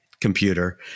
computer